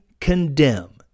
condemn